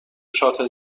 شاتل